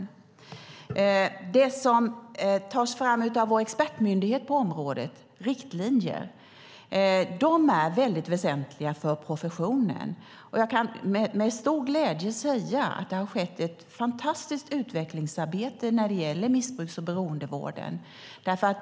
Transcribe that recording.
De riktlinjer som tas fram av vår expertmyndighet på området är väldigt väsentliga för professionen. Jag kan med stor glädje säga att det har skett ett fantastiskt utvecklingsarbete när det gäller missbruks och beroendevården.